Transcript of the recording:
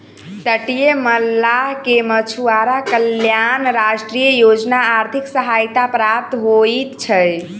तटीय मल्लाह के मछुआरा कल्याण राष्ट्रीय योजना आर्थिक सहायता प्राप्त होइत छै